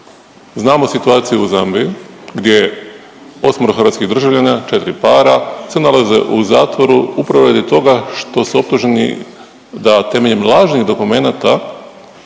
Znamo situaciju u Zambiji gdje 8-ero hrvatskih državljana, 4 para, se nalaze u zatvoru upravo radi toga što su optuženi da temeljem lažnih dokumenata